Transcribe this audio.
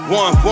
one